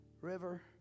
river